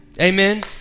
Amen